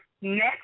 next